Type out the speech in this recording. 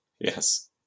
Yes